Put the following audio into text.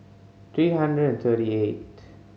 three hundred and thirty eighth